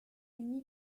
une